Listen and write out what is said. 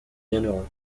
bienheureux